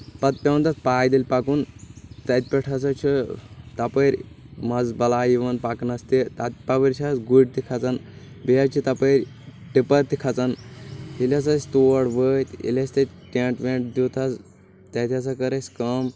پتہٕ پٮ۪وان تتھ پاےدٔلۍ پکُن تتہِ پٮ۪ٹھ ہسا چھِ تپٲرۍ مزٕ بلاے یِوان پکنس تہِ تپٲرۍ چھِ آز گُرۍ تہِ کھژان بییٚہِ حظ چھِ تپٲرۍ ٹِپر تہِ کھژان ییٚلہِ ہسا أسۍ تور وٲتۍ ییٚلہِ أسہِ تتہِ ٹینٹ وینٹ دِیُت حظ تتہِ ہسا کٔر اسہِ کٲم